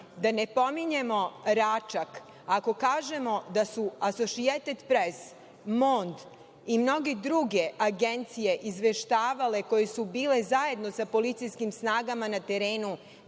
ne pominjemo „Račak“. Ako kažemo da su „Asošijejted pres“, „Mond“ i mnoge druge agencije izveštavale, koje su bile zajedno sa policijskim snagama na terenu